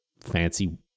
fancy